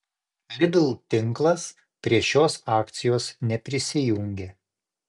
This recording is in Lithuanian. lidl tinklas prie šios akcijos neprisijungė